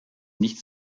nicht